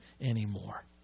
anymore